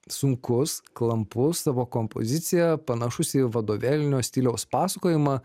sunkus klampus savo kompozicija panašus į vadovėlinio stiliaus pasakojimą